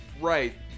Right